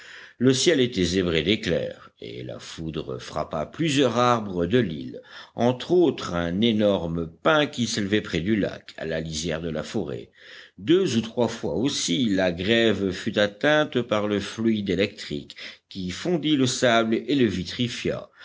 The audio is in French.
le ciel était zébré d'éclairs et la foudre frappa plusieurs arbres de l'île entre autres un énorme pin qui s'élevait près du lac à la lisière de la forêt deux ou trois fois aussi la grève fut atteinte par le fluide électrique qui fondit le sable et le vitrifia